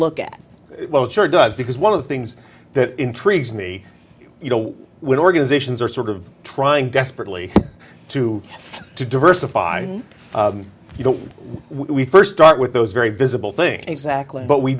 look at well it sure does because one of the things that intrigues me you know when organizations are sort of trying desperately to to diversify you know we first start with those very visible thing exactly but we